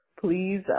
please